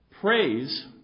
Praise